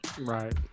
Right